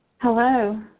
Hello